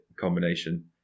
combination